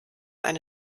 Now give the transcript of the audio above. eine